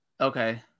Okay